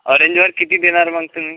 ऑरेंजवर किती देणार मग तुम्ही